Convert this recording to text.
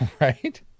Right